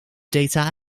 data